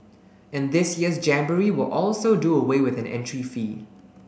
and this year's jamboree will also do away with an entry fee